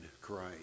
Christ